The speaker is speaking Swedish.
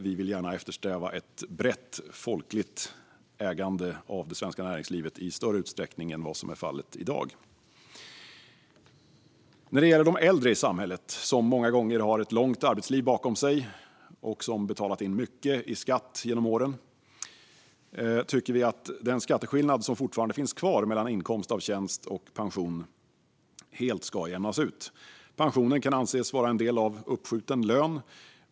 Vi eftersträvar ett brett folkligt ägande av det svenska näringslivet i större utsträckning än vad som är fallet i dag. När det gäller de äldre i samhället, som många gånger har ett långt arbetsliv bakom sig och som betalat in mycket i skatt genom åren, tycker vi att den skatteskillnad som fortfarande finns kvar mellan inkomst av tjänst och pension helt ska jämnas ut. Pension kan anses vara en del av uppskjuten lön.